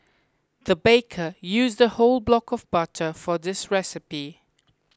the baker used a whole block of butter for this recipe